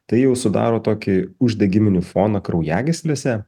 tai jau sudaro tokį uždegiminį foną kraujagyslėse